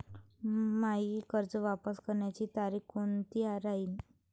मायी कर्ज वापस करण्याची तारखी कोनती राहीन?